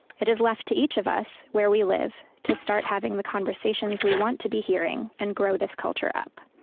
it is left to each of us, where we live, to start having the conversations we want to be hearing and grow this culture up.